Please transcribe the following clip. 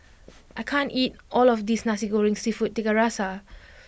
I can't eat all of this Nasi Goreng Seafood Tiga Rasa